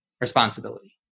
responsibility